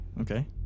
okay